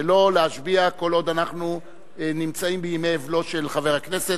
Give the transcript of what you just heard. שלא להשביע כל עוד אנחנו נמצאים בימי האבל על חבר הכנסת.